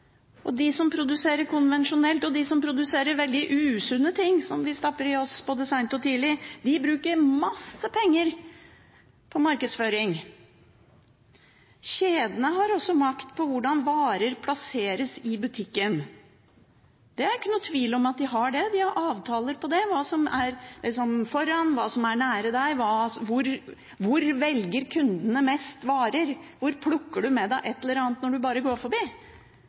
sjøl. De som produserer konvensjonelt, og de som produserer veldig usunne ting som vi stapper i oss både sent og tidlig, bruker masse penger på markedsføring. Kjedene har også makt over hvordan varer plasseres i butikken. Det er ikke noen tvil om at de har det. De har avtaler om hva som er foran, hva som er nære deg. Hvor velger kundene mest varer, hvor plukker du med deg et eller annet når du bare går forbi?